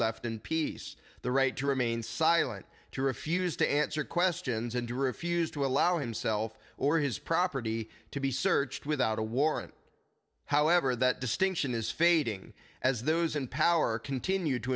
left in peace the right to remain silent to refuse to answer questions and to refuse to allow himself or his property to be searched without a warrant however that distinction is fading as those in power continue to